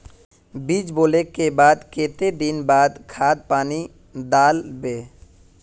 बीज बोले के बाद केते दिन बाद खाद पानी दाल वे?